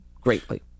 greatly